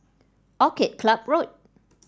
Orchid Club Road